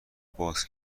باز